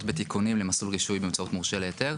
בתיקונים למסלול רישוי באמצעות מורשה להיתר.